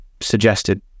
suggested